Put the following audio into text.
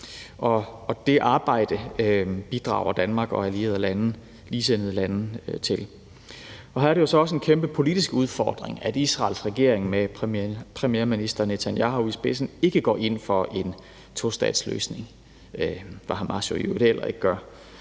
Og det arbejde bidrager Danmark og allierede lande, ligesindede lande, til. Her er det jo så også en kæmpe politisk udfordring, at Israels regering med premierminister Netanyahu i spidsen ikke går ind for en tostatsløsning, hvad Hamas jo i øvrigt heller ikke gør.